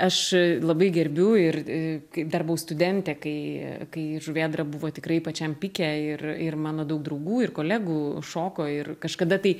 aš labai gerbiu ir dar buvau studentė kai kai žuvėdra buvo tikrai pačiam pike ir ir mano daug draugų ir kolegų šoko ir kažkada tai